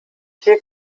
wir